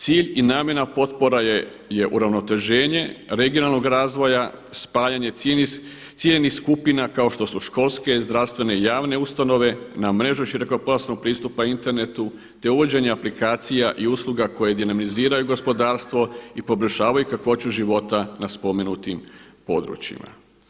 Cilj i namjena potpora je uravnoteženje regionalnog razvoja, spajanja ciljanih skupina kao što su školske, zdravstvene i javne ustanove na mrežu širokopojasnog pristupa internetu, te uvođenja aplikacija i usluga koje dinamiziraju gospodarstvo i poboljšavaju kakvoću života na spomenutim područjima.